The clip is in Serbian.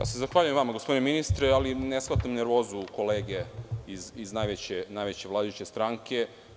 Ja se zahvaljujem vama gospodine ministre, ali ne shvatam nervozu kolege iz najveće vladajuće stranke.